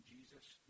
Jesus